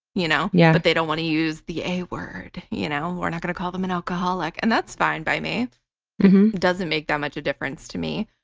you know yeah but they don't want to use the a word. you know, we're not going to call them an alcoholic, and that's fine by me. it doesn't make that much difference to me.